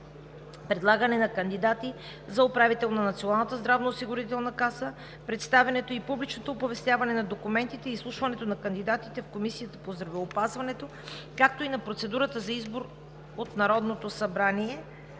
предлагане на кандидати за управител на Националната здравноосигурителна каса, представянето и публичното оповестяване на документите и изслушването на кандидатите в Комисията по здравеопазването, както и на процедурата за избор от Народното събрание.